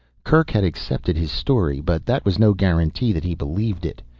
kerk had accepted his story, but that was no guarantee that he believed it.